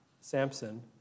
Samson